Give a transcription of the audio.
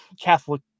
Catholic